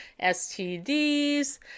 STDs